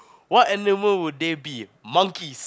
what animal would they be monkeys